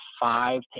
five